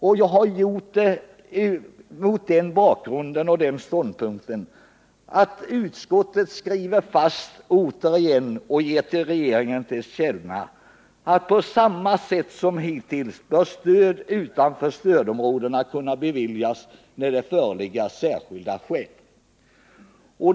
Anledningen till det är att utskottet återigen föreslår riksdagen att ge regeringen till känna att stöd utanför stödområdena bör kunna beviljas på samma sätt som hittills, när det föreligger särskilda skäl.